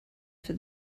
for